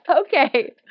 Okay